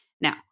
Now